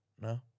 No